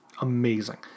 Amazing